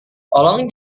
tolong